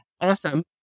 awesome